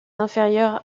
inférieure